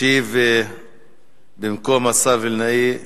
ישיב במקום השר וילנאי,